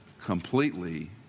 completely